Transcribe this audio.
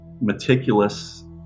meticulous